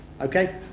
okay